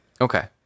Okay